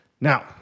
Now